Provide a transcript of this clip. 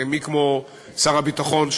ומי כמו שר הביטחון,